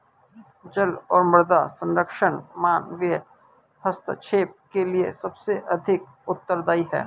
जल और मृदा संरक्षण मानवीय हस्तक्षेप के लिए सबसे अधिक उत्तरदायी हैं